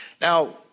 Now